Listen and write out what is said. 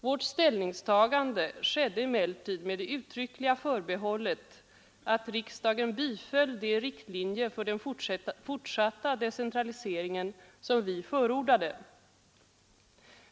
Vårt ställningstagande skedde emellertid med det uttryckliga förbehållet att riksdagen biföll det förslag till riktlinjer för den fortsatta decentraliseringen som vi förordade.